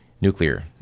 nuclear